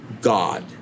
God